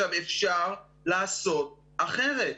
אפשר לעשות אחרת.